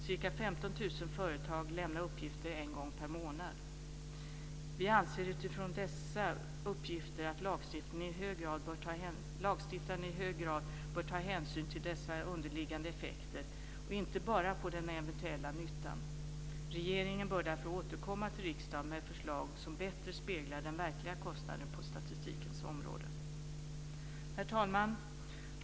Ca 15 000 företag lämnar uppgifter en gång per månad. Vi anser utifrån dessa uppgifter att lagstiftningen i hög grad bör ta hänsyn till dessa underliggande effekter och inte bara den eventuella nyttan. Regeringen bör därför återkomma till riksdagen med förslag som bättre speglar den verkliga kostnaden på statistikens område. Herr talman!